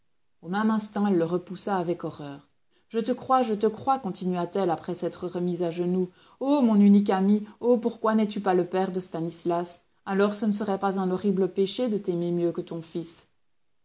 au même instant elle le repoussa avec horreur je te crois je te crois continua-t-elle après s'être remise à genoux ô mon unique ami ô pourquoi n'es-tu pas le père de stanislas alors ce ne serait pas un horrible péché de t'aimer mieux que ton fils